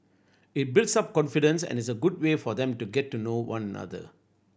it builds up confidence and is a good way for them to get to know one another